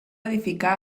edificar